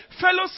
Fellow